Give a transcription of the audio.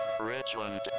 Richland